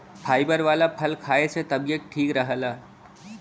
fibre वाला फल खाए से तबियत ठीक रहला